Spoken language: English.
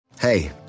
Hey